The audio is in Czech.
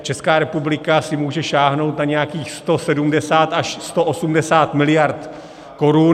Česká republika si může sáhnout na nějakých 170 až 180 mld. korun.